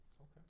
Okay